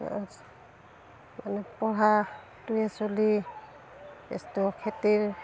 মানে পঢ়াটোৱে চলি এইটো খেতিৰ